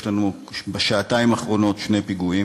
יש לנו בשעתיים האחרונות שני פיגועים,